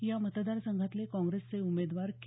या मतदारसंघातले काँग्रेसचे उमेदवार के